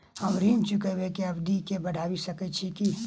हम ऋण चुकाबै केँ अवधि केँ बढ़ाबी सकैत छी की?